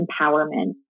empowerment